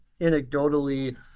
anecdotally